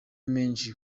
menshi